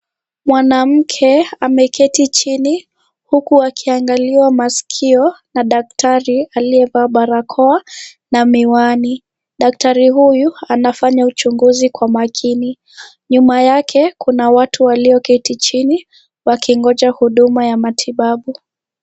Wanaume wameketii chini huku akiangaliwa masikio na daktari aliyevaa barakoa na miwani. Daktari huyu anafanya uchunguzi kwa makini. Nyuma yake kuna watu walioketi chini wakingoja huduma ya matibabu.